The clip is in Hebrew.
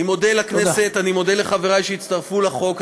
אני מודה לכנסת, ואני מודה לחברי שהצטרפו לחוק.